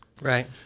Right